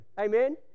Amen